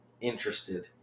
interested